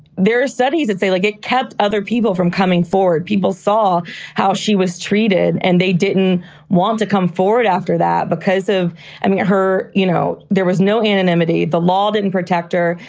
there are studies that say like it kept other people from coming forward. people saw how she was treated and they didn't want to come forward after that because of her. you know, there was no anonymity. the law didn't protect her.